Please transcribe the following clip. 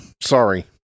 Sorry